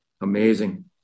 Amazing